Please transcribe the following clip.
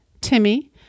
Timmy